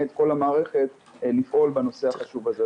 את כל המערכת לפעול בנושא החשוב הזה,